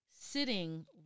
sitting